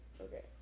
okay